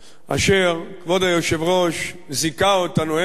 אשר כבוד היושב-ראש זיכה אותנו אמש